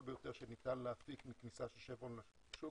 ביותר שניתן להפיק מכניסה של שברון לשוק,